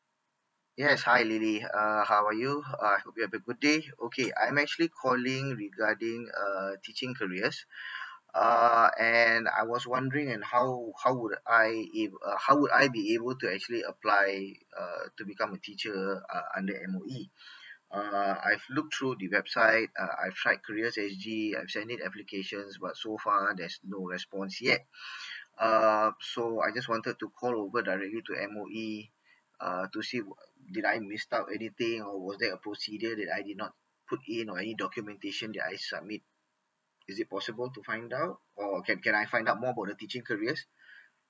yes hi lily uh how are you uh i hope you have a good day okay I'm actually calling regarding uh teaching careers uh and I was wondering and how how would I if uh how would I be able to actually apply uh to become a teacher uh under M_O_E err I've looked through the website uh I've tried careers S_G and submit applications but so far there's no response yet uh so I just wanted to call over directly to M_O_E uh to see wh~ did I missed out anything or was there a procedure that I did not put in or any documentation that I submit is it possible to find out or can can I find out more about the teaching careers